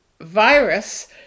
virus